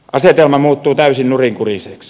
asetelma muuttuu täysin nurinkuriseksi